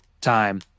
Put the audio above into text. time